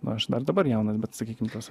na aš dar dabar jaunas bet sakykim tos